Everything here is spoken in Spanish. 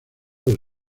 del